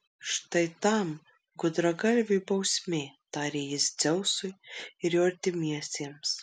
štai tam gudragalviui bausmė tarė jis dzeusui ir jo artimiesiems